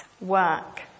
work